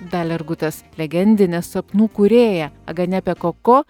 dalergutas legendinė sapnų kūrėja aganepė koko